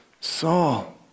Saul